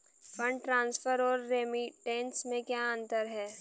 Fund transfer और remittance में क्या अंतर है?